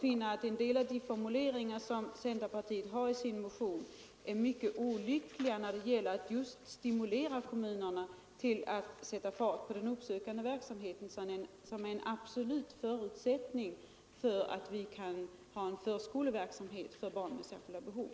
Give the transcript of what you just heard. En del av de formuleringar som centerpartiet har i sin 91 motion anser jag vara mycket olyckliga när det gäller att stimulera kommunerna till att sätta fart på den uppsökande verksamheten, som är en absolut förutsättning för en förskoleverksamhet för barn med särskilda behov.